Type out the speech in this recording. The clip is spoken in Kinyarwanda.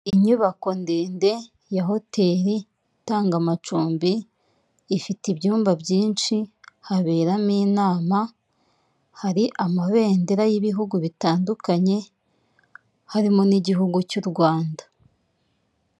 Inyubako ndende ya hoteli itanga amacumbi, ifite ibyumba byinshi haberamo inama, hari amabendera y'ibihugu bitandukanye harimo n'igihugu cy'u Rwanda.